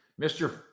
Mr